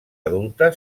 adulta